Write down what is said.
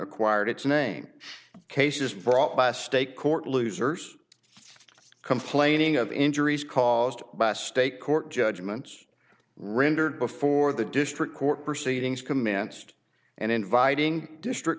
acquired its name cases brought by a state court losers complaining of injuries caused by a state court judgments rendered before the district court proceedings commenced and inviting district